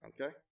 Okay